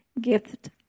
gift